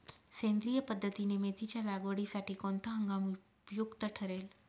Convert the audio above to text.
सेंद्रिय पद्धतीने मेथीच्या लागवडीसाठी कोणता हंगाम उपयुक्त ठरेल?